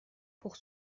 pour